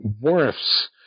Worf's